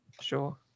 sure